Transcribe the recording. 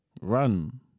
Run